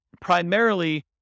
primarily